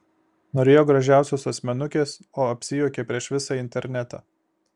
norėjo gražiausios asmenukės o apsijuokė prieš visą internetą